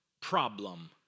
problem